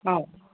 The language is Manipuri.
ꯑꯥꯎ